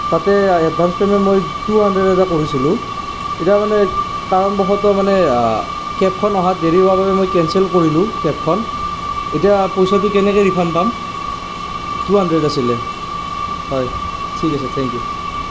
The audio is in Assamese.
তাতে এডভাঞ্চ পে'মেণ্ট মই টু হাণ্ড্ৰেড এটা কৰিছিলোঁ এতিয়া মানে কাৰণবশতঃ মানে কেবখন অহা দেৰি হোৱাৰ বাবে মই কেনচেল কৰিলোঁ কেবখন এতিয়া পইচাটো কেনেকৈ ৰিফান্দ পাম টু হাণ্ড্ৰেড আছিলে হয় ঠিক আছে থ্যেংক ইউ